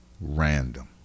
random